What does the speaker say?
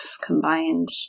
combined